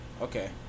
okay